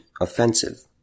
offensive